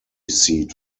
seat